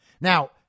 Now